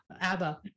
abba